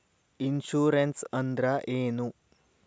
Insurance ಅಂದ್ರ ಏನು?